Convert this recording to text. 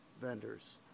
vendors